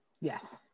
Yes